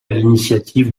l’initiative